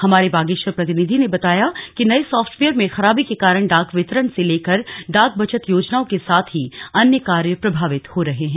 हमारे बागेश्वर प्रतिनिधि ने बताया कि नए सॉफ्टवेयर में खराबी के कारण डाक वितरण से लेकर डाक बचत योजनाओं के साथ ही अन्य कार्य से प्रभावित हो रहे हैं